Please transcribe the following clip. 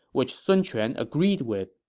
which sun quan agreed with.